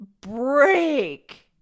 break